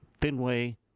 Fenway